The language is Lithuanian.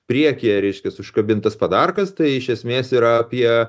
priekyje reiškias užkabintas padargas tai iš esmės yra apie